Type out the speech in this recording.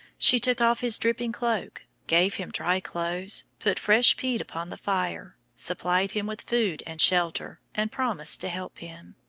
she took off his dripping cloak, gave him dry clothes, put fresh peat upon the fire, supplied him with food and shelter, and promised to help him.